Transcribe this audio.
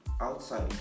outside